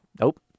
Nope